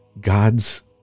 God's